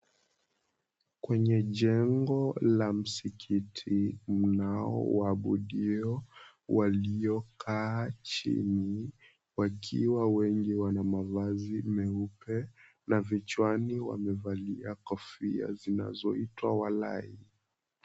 Kwenye jengo la msikiti, mnao waabudio wanaliokaa chini wakiwa wengi wana mavazi meupe na vichwani wamevalia kofia zinazoitwa walai.